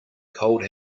cold